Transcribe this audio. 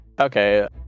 Okay